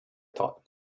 thought